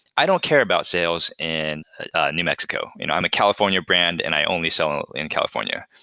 i don't care about sales in new mexico. you know i'm a california brand and i only sell and in california.